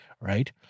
right